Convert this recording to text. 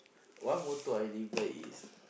one motto I live by is